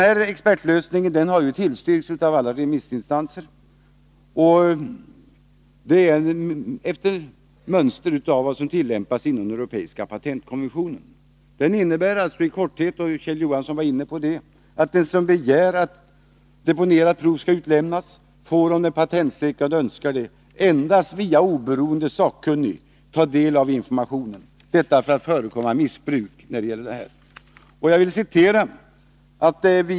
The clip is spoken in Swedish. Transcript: Alla remissinstanser har tillstyrkt förslaget om en expertlösning efter mönster i den europeiska patentkonventionen. Förslaget innebär — Kjell Johansson var inne på det — att den som begär att deponerade prov skall utlämnas får ta del av informationen endast via en oberoende sakkunnig — detta för att förekomma missbruk.